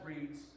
reads